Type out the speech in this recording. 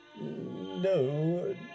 No